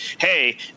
hey